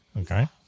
Okay